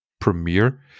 premiere